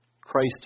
Christ